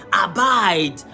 Abide